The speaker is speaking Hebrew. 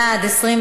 לוועדת העבודה,